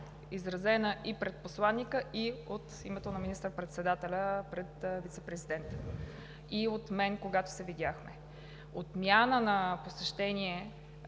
изразена и пред посланика, и от името на министър-председателя пред вицепрезидента, и от мен, когато се видяхме. Отмяна на посещение